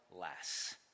less